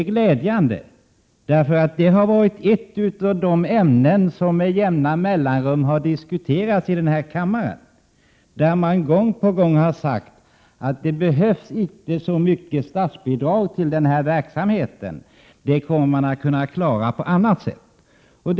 Detta har varit ett av de ämnen som med jämna mellanrum har diskuterats i kammaren, där det gång på gång har sagts att det inte behövs så mycket statsbidrag till denna verksamhet utan att den kommer att klara sig på annat — Prot. 1987/88:123 sätt.